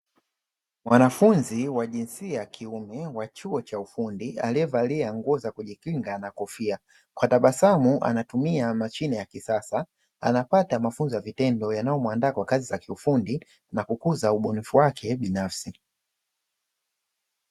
Wanafunzi wa jinsia ya kiume wa chuo cha ufundi aliyevalia nguo za kujikinga na kofia, kwa tabasamu anatumia mashine ya kisasa anapata mafunzo ya vitendo yanayomuandaa kwa kazi za kiufundi na kukuza ubunifu wake binafsi.